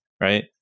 right